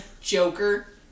Joker